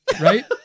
right